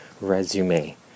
resume